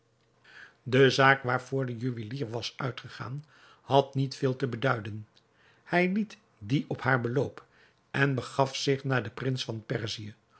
de zaak waarvoor de juwelier was uitgegaan had niet veel te beduiden hij liet die op haar beloop en begaf zich naar den prins van perzië